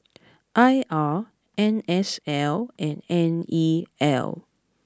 I R N S L and N E L